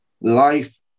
life